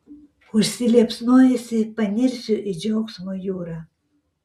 užsiliepsnojusi panirsiu į džiaugsmo jūrą